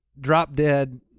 drop-dead